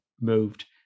moved